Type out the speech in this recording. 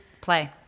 play